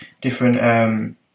different